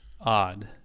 odd